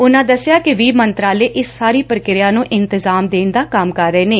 ਉੰਨੂਾ ਦਸਿਆ ਕਿ ਵੀਹ ਮੰਤਰਾਲੇ ਇਸ ਸਾਰੀ ਪ੍ਕਿਰਿਆ ਨੂੰ ਇਤਜ਼ਾਮ ਦੇਣ ਦਾ ਕੰਮ ਕਰ ਰਹੇ ਨੇ